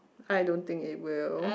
I don't think it will